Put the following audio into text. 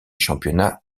championnats